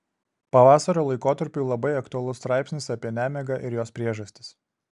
pavasario laikotarpiui labai aktualus straipsnis apie nemigą ir jos priežastis